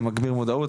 זה מגביר מודעות,